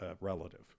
relative